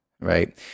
right